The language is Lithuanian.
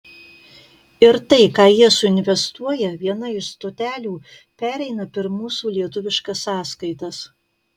ir tai ką jie suinvestuoja viena iš stotelių pereina per mūsų lietuviškas sąskaitas